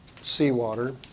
seawater